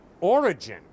origin